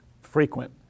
frequent